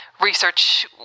research